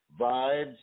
vibes